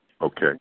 Okay